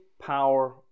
power